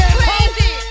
crazy